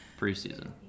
Preseason